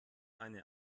eine